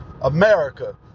America